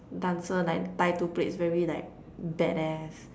dancer like tie two plaits very like bad-ass